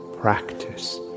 practice